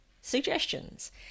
suggestions